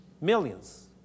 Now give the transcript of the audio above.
millions